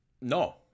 No